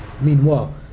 Meanwhile